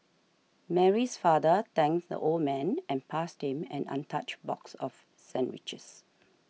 Mary's father thanked the old man and passed him an untouched box of sandwiches